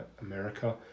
america